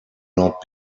not